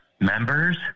members